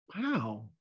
Wow